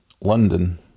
London